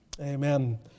Amen